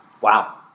Wow